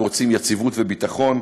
אנחנו רוצים יציבות וביטחון.